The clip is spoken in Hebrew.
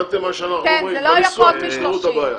הבנתם מה שאנחנו אומרים, בניסוח תפתרו את הבעיה.